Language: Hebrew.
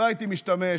לא הייתי משתמש